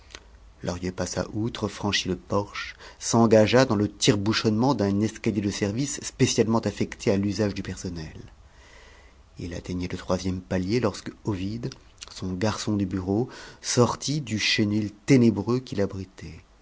lahrier passa outre franchit le porche s'engagea dans le tirebouchonnement d'un escalier de service spécialement affecté à l'usage du personnel il atteignait le troisième palier lorsque ovide son garçon de bureau sortit du chenil ténébreux qui l'abritait